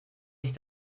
ich